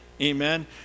Amen